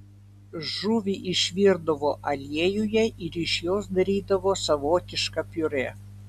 žuvį išvirdavo aliejuje ir iš jos darydavo savotišką piurė